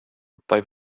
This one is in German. bei